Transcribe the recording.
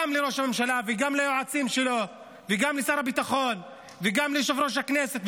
גם לראש הממשלה וגם ליועצים שלו וגם לשר הביטחון וגם ליושב-ראש הכנסת.